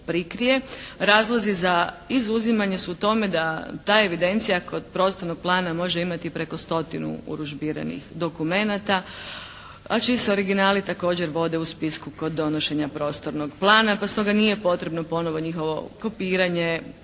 Razlozi za izuzimanje su u tome da ta evidencija kod prostornog plana može imati preko stotinu urudžbiranih dokumenata a čiji se originali također vode u spisku kod donošenja prostornog plana pa stoga nije potrebno ponovo njihovo kopiranje